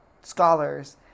scholars